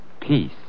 peace